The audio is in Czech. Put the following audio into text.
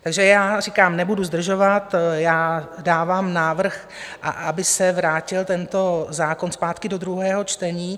Takže já říkám, nebudu zdržovat, já dávám návrh, aby se vrátil tento zákon zpátky do druhého čtení.